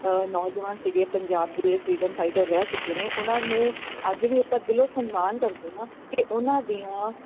ਨੌਜਵਾਨ ਸੀਗੇ ਪੰਜਾਬ ਦੇ ਫਰੀਡਮ ਫਾਈਟਰ ਰਹਿ ਚੁੱਕੇ ਨੇ ਉਹਨਾਂ ਨੂੰ ਅੱਜ ਵੀ ਆਪਾਂ ਦਿਲੋਂ ਸਨਮਾਨ ਕਰਦੇ ਆਂ ਕਿ ਉਹਨਾਂ ਦੀਆਂ